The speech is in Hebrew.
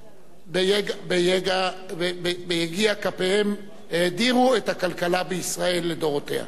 שביגיע כפיהם האדירו את הכלכלה בישראל לדורותיה.